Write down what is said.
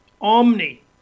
Omni